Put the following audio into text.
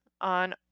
on